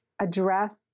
address